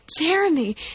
Jeremy